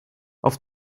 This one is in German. auf